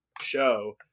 show